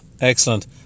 Excellent